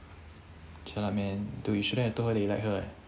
jialat man dude shouldn't have told her that you like her eh